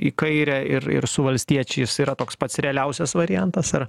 į kairę ir ir su valstiečiais yra toks pats realiausias variantas ar